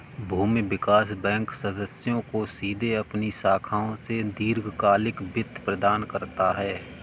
भूमि विकास बैंक सदस्यों को सीधे अपनी शाखाओं से दीर्घकालिक वित्त प्रदान करता है